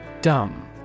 Dumb